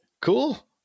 cool